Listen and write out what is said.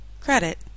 Credit